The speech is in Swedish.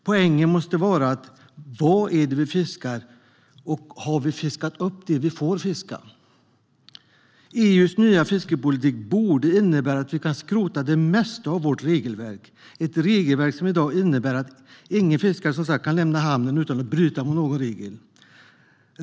Poängen måste vara: Vad är det vi fiskar, och har vi fiskat upp det vi får fiska? EU:s nya fiskeripolitik borde innebära att vi kan skrota det mesta av vårt regelverk. Det är ett regelverk som i dag innebär att ingen fiskare kan lämna hamnen utan att bryta mot någon regel.